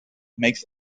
makes